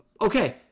Okay